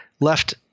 left